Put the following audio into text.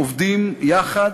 עובדים יחד